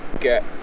get